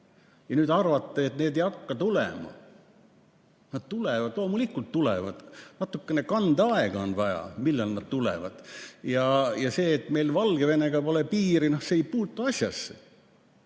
Ja nüüd te arvate, et need ei hakka tulema! Nad tulevad, loomulikult tulevad! Natukene kandeaega on vaja, enne kui nad tulevad. Ja see, et meil Valgevenega pole piiri, ei puutu asjasse.